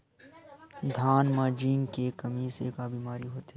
धान म जिंक के कमी से का बीमारी होथे?